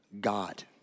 God